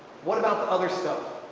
what about the other stuff?